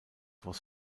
was